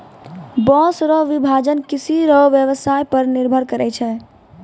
बाँस रो विभाजन किसान रो व्यवसाय पर निर्भर करै छै